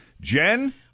Jen